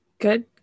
Good